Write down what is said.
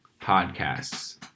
podcasts